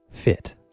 fit